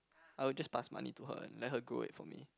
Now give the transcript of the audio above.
I would just pass money to her and let her go it for me